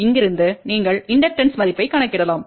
இங்கிருந்து நீங்கள் இண்டக்டன்ஸ் மதிப்பைக் கணக்கிடலாம்